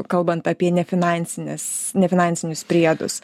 kalbant apie nefinansines nefinansinius priedus